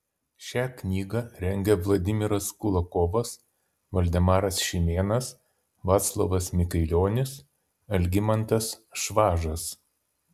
šią knygą rengia vladimiras kulakovas valdemaras šimėnas vaclovas mikailionis algimantas švažas